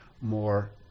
more